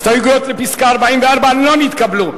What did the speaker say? הסתייגות 44 לא נתקבלה.